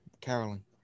Carolyn